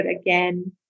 again